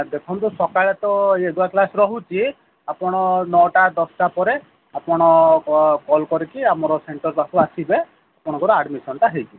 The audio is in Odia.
ଦେଖନ୍ତୁ ସକାଳେ ତ ୟୋଗା କ୍ଲାସ୍ ରହୁଛି ଆପଣ ନଅଟା ଦଶଟା ପରେ ଆପଣ କଲ୍ କରିକି ଆମର ସେଣ୍ଟର୍ ପାଖକୁ ଆସିବେ ଆପଣଙ୍କର ଆଡମିଶନ୍ଟା ହୋଇଯିବ